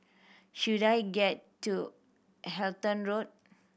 should I get to Halton Road